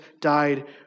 died